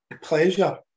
pleasure